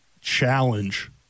challenge